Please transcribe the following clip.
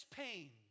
pain